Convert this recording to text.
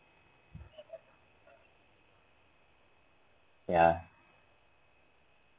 ya